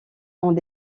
ont